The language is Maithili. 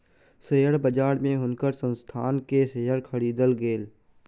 शेयर बजार में हुनकर संस्थान के शेयर खरीद लेल गेल